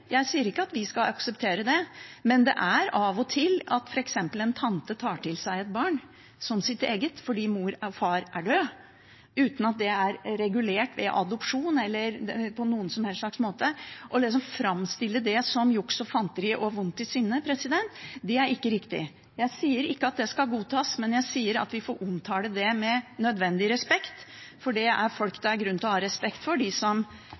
Jeg sier ikke at vi skal akseptere det, men det er av og til slik at f.eks. en tante tar til seg et barn som sitt eget fordi mor og far er døde, uten at det er regulert ved adopsjon eller annen slags måte. Å framstille det som juks og fanteri og vondt i sinnet er ikke riktig. Jeg sier ikke at det skal godtas, men jeg sier at vi får omtale det med nødvendig respekt, for det er grunn til å ha respekt for dem som